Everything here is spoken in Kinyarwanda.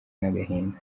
n’agahinda